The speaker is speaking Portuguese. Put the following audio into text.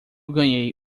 ganhei